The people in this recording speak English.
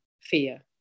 fear